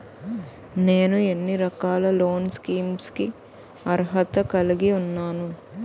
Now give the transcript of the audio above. నేను ఎన్ని రకాల లోన్ స్కీమ్స్ కి అర్హత కలిగి ఉన్నాను?